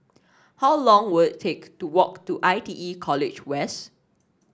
how long will it take to walk to I T E College West